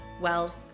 wealth